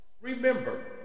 Remember